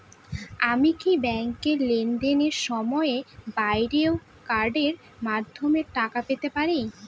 আমি কি ব্যাংকের লেনদেনের সময়ের বাইরেও কার্ডের মাধ্যমে টাকা পেতে পারি?